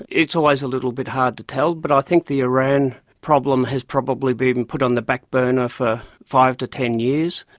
it's always a little bit hard to tell, but i think the iran problem has probably been put on the backburner for five to ten years.